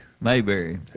Mayberry